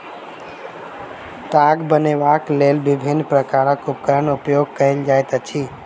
ताग बनयबाक लेल विभिन्न प्रकारक उपकरणक उपयोग कयल जाइत अछि